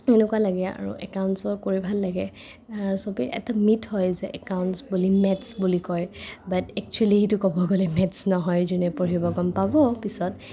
এনেকুৱা লাগে আৰু একাউঞ্চ ওৱৰ্ক কৰি ভাল লাগে সবে এটা মিথ হয় যে একাউঞ্চ বুলি মেথচ্ বুলি কয় বাট একচ্যুৱেলি সেইটো ক'ব গলে সেইটো মেথচ্ নহয় যোনে পঢ়িব গম পাব পিছত